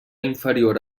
inferior